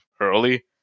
early